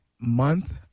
Month